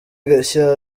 gashya